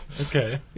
Okay